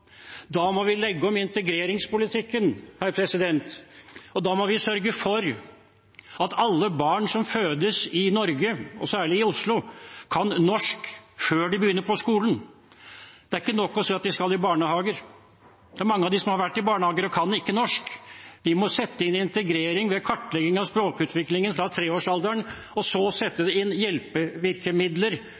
Da må vi legge om integreringspolitikken. Da må vi sørge for at alle barn som fødes i Norge – særlig i Oslo – kan norsk før de begynner på skolen. Det er ikke nok å si at de skal i barnehage. Det er mange av dem som har vært i barnehage, men de kan ikke norsk. Vi må integrere ved å kartlegge språkutviklingen fra treårsalderen og så sette inn hjelpevirkemidler